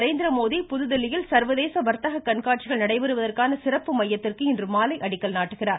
நரேந்திரமோடி புதுதில்லியில் சா்வதேச வா்த்தக கண்காட்சிகள் நடைபெறுவதற்கான சிறப்பு மையத்திற்கு இன்று மாலை அடிக்கல் நாட்டுகிறார்